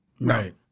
Right